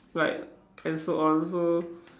like and so on so